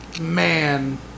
man